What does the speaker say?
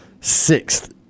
sixth